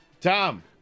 Tom